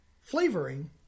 flavoring